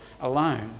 alone